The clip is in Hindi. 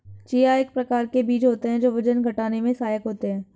चिया एक प्रकार के बीज होते हैं जो वजन घटाने में सहायक होते हैं